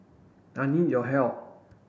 I need your help